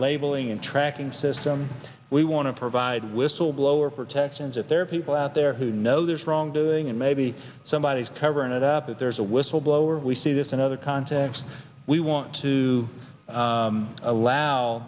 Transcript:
labeling and tracking system we want to provide whistleblower protections if there are people out there who know there's wrongdoing and maybe somebody is covering it up if there's a whistleblower we see this in other contexts we want to allow